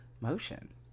motion